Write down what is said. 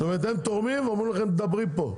זאת אומרת, הם תורמים שאומרים לכם: דברי פה.